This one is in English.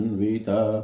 vita